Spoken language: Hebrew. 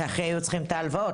שהכי היו צריכים את ההלוואות,